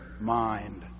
mind